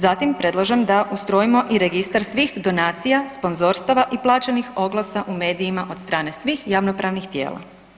Zatim, predlažem da ustrojimo i registar svih donacija, sponzorstava i plaćenih oglasa u medijima od strane svih javnopravnih tijela.